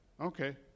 Okay